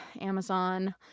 Amazon